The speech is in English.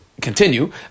continue